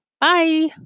Bye